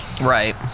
Right